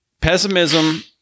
Pessimism